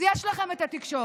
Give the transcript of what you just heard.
אז יש לכם את התקשורת.